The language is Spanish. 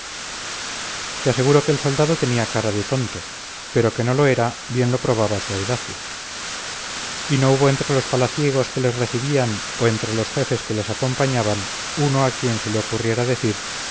te aseguro que el soldado tenía cara de tonto pero que no lo era bien lo probaba su audacia y no hubo entre los palaciegos que les recibían o entre los jefes que les acompañaban uno a quien se le ocurriera decir